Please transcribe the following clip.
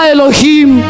Elohim